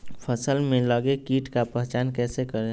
फ़सल में लगे किट का पहचान कैसे करे?